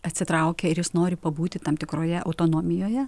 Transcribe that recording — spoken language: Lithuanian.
atsitraukia ir jis nori pabūti tam tikroje autonomijoje